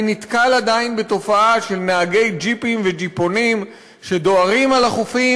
אני נתקל עדיין בתופעה של נהגי ג'יפים וג'יפונים שדוהרים על החופים.